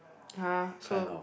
!huh! so